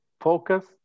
Focus